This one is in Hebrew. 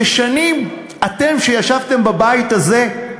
ששנים אתם, שישבתם בבית הזה,